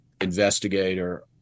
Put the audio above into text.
investigator